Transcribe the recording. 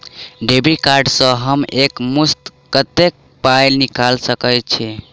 Debit card सँ हम एक मुस्त कत्तेक पाई निकाल सकय छी?